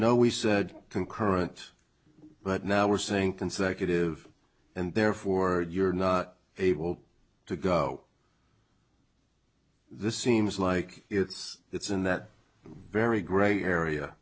know we said concurrent but now we're saying consecutive and therefore you're not able to go this seems like it's it's in that very gray area